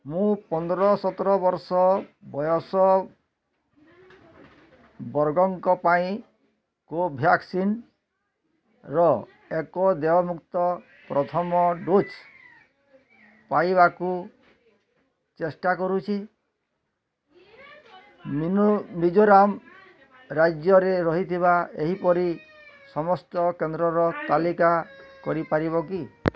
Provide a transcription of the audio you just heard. ମୁଁ ପନ୍ଦର ସତର ବର୍ଷ ବୟସ ବର୍ଗଙ୍କ ପାଇଁ କୋଭ୍ୟାକ୍ସିନ୍ର ଏକ ଦେୟମୁକ୍ତ ପ୍ରଥମ ଡୋଜ୍ ପାଇବାକୁ ଚେଷ୍ଟା କରୁଛି ମୀନୋ ମିଜୋରାମ୍ ରାଜ୍ୟରେ ରହିଥିବା ଏହିପରି ସମସ୍ତ କେନ୍ଦ୍ରର ତାଲିକା କରିପାରିବ କି